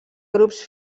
grups